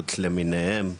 ההתמכרויות למיניהם,